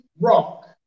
rock